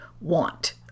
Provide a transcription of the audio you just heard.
want